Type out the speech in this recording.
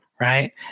right